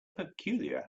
peculiar